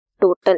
total